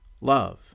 love